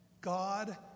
God